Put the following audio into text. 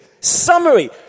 summary